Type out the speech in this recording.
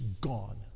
gone